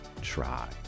try